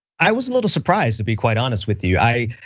i was a little surprised to be quite honest with you. i